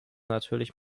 natürlich